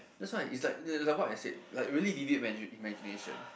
that's why it's like what I said like really vivid imagination